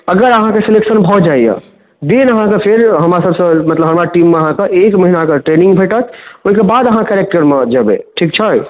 अगर अहाँके सेलेक्शन भऽ जाइए दिन अहाँके फेर हमरासबसँ मतलब हमरा टीममे अहाँके एक महिनाके ट्रेनिङ्ग भेटत ओहिके बाद अहाँ कैरेक्टरमे जेबै ठीक छै